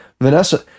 Vanessa